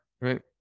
right